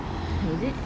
is it